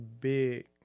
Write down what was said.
big